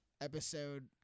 Episode